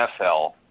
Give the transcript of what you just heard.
NFL –